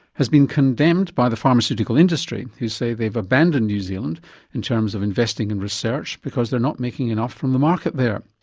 has been condemned by the pharmaceutical industry, who say they've abandoned new zealand in terms of investing in research because they're not making enough from the market there.